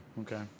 Okay